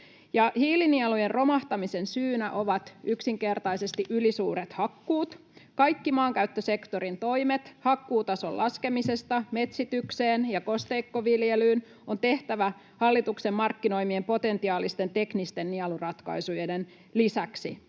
Hiilinielujen romahtamisen syynä ovat yksinkertaisesti ylisuuret hakkuut. Kaikki maankäyttösektorin toimet hakkuutason laskemisesta metsitykseen ja kosteikkoviljelyyn on tehtävä hallituksen markkinoimien potentiaalisten teknisten nieluratkaisuiden lisäksi.